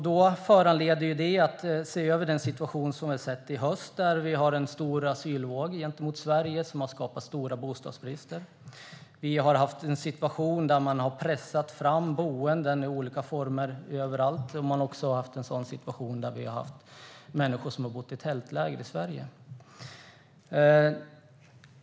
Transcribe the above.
Det föranleder oss att se över den situation som vi hade i höstas med en stor asylvåg till Sverige, vilket har skapat stor bostadsbrist. Vi har haft en situation där man har pressat fram boenden i olika former överallt. Vi har till exempel haft människor som har bott i tältläger i Sverige.